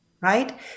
right